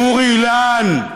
עם אורי אילן,